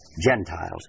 Gentiles